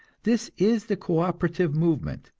this is the co-operative movement,